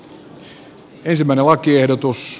arvoisa herra puhemies